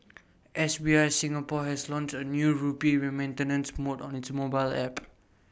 S B I Singapore has launched A new rupee remittance mode on its mobile app